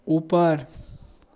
ऊपर